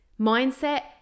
Mindset